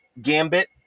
gambit